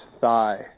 thigh